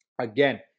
Again